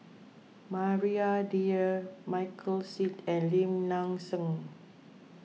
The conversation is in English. Maria Dyer Michael Seet and Lim Nang Seng